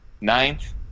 ninth